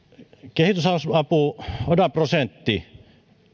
kehitysapu oda prosentti